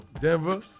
Denver